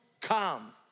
come